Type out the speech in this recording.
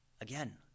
again